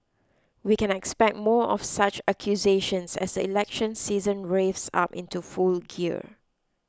we can expect more of such accusations as the election season revs up into full gear